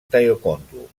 taekwondo